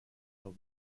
till